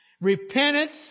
repentance